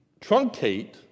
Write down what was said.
truncate